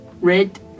Red